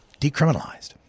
decriminalized